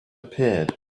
appeared